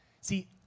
See